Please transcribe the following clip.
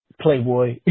playboy